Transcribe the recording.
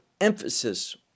emphasis